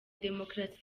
demokarasi